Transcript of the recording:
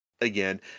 again